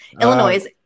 Illinois